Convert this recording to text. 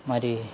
మరి